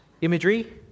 imagery